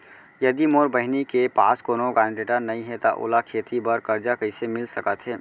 यदि मोर बहिनी के पास कोनो गरेंटेटर नई हे त ओला खेती बर कर्जा कईसे मिल सकत हे?